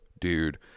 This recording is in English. dude